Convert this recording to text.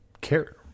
care